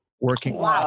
working